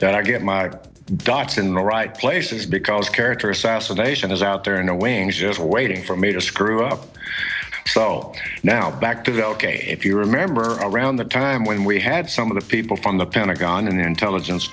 that i get my dots in the right places because character assassination is out there in a wings is waiting for me to screw up so now back to go ok if you remember around the time when we had some of the people from the pentagon and the intelligence